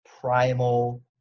primal